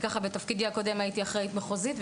בתפקידי הקודם הייתי אחראית מחוזית,